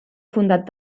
fundat